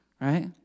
right